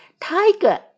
Tiger